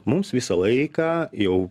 mums visą laiką jau